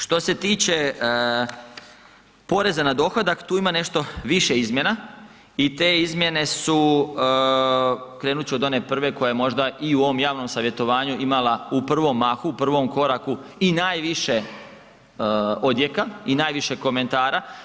Što se tiče poreza na dohodak, tu ima nešto više izmjena i te izmjene su, krenut ću od one prve koja je možda i u ovom javnom savjetovanju imala u prvom mahu, u prvom koraku i najviše odjeka i najviše komentara.